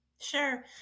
sure